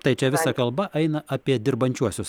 tai čia visa kalba eina apie dirbančiuosius